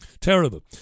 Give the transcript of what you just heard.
Terrible